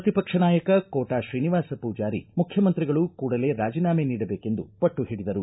ಪ್ರತಿಪಕ್ಷ ನಾಯಕ ಕೋಟಾ ಶ್ರೀನಿವಾಸ್ ಪೂಜಾರಿ ಮುಖ್ಯಮಂತ್ರಿಗಳು ಕೂಡಲೇ ರಾಜಿನಾಮೆ ನೀಡಬೇಕೆಂದು ಪಟ್ಟಹಿಡಿದರು